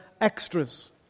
Extras